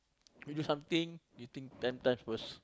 do something you think ten times first